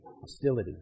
hostility